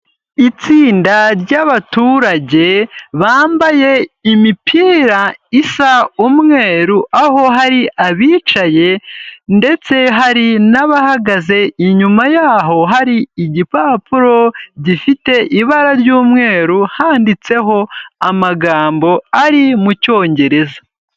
Itsinda ry'abaturage bambaye imipira isa umweru, aho hari abicaye ndetse hari n'abahagaze, inyuma yaho hari igipapuro gifite ibara ry'umweru, handitseho amagambo ari mu cyongereza.